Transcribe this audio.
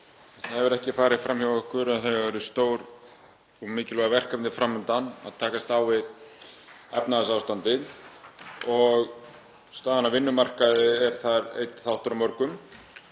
Það hefur ekki farið fram hjá okkur að það eru stór og mikilvæg verkefni fram undan við að takast á við efnahagsástandið. Staðan á vinnumarkaði er þar einn þáttur af mörgum.